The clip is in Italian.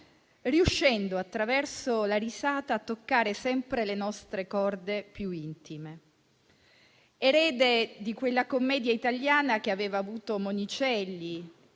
riuscendo attraverso la risata a toccare sempre le nostre corde più intime. Erede di quella commedia italiana che aveva avuto Monicelli